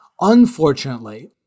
Unfortunately